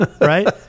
Right